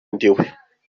ndiwe